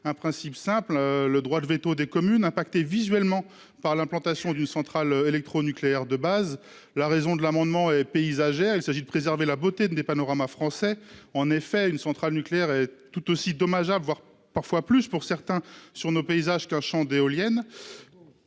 un principe simple : le droit de veto des communes visuellement touchées par l'implantation d'une centrale électronucléaire. La raison qui a prévalu au dépôt de cet amendement est paysagère : il s'agit de préserver la beauté des panoramas français. En effet, une centrale nucléaire est tout aussi dommageable, parfois plus pour certains, sur nos paysages qu'un champ d'éoliennes.